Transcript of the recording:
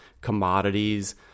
commodities